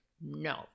No